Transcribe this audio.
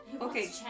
Okay